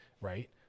right